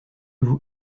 vous